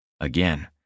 Again